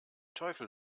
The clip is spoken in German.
teufel